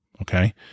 Okay